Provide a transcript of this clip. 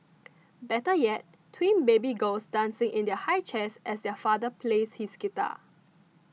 better yet twin baby girls dancing in their high chairs as their father plays his guitar